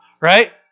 right